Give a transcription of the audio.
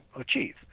achieve